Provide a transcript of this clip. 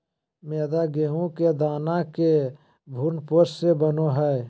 मैदा गेहूं के दाना के भ्रूणपोष से बनो हइ